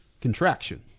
contraction